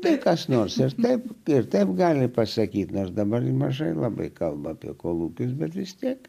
tai kas nors ir taip ir taip gali pasakyti nors dabar mažai labai kalba apie kolūkius bet vis tiek